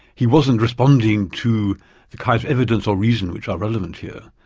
he wasn't responding to the kinds of evidence or reason which are relevant here.